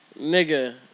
Nigga